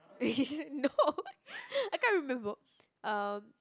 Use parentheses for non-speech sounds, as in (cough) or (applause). (laughs) no I can't remember um